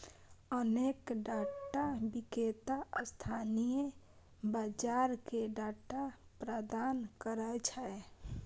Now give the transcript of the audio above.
अनेक डाटा विक्रेता स्थानीय बाजार कें डाटा प्रदान करै छै